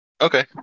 Okay